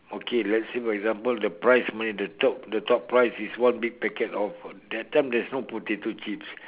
okay let's say for example the prize eh the top the top prize is one big packet of that time there's no potato chips